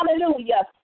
Hallelujah